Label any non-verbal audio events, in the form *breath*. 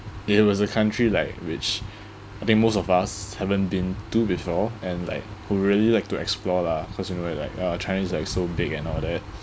it was a country like which *breath* I think most of us haven't been to before and like who really like to explore lah cause you know right like uh china is like so big and all that